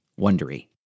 Wondery